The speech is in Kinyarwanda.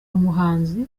umuhanzi